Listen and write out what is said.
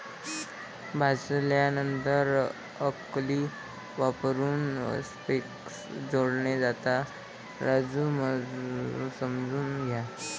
भाजल्यानंतर अल्कली वापरून फ्लेवर्स जोडले जातात, राजू समजून घ्या